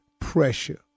pressure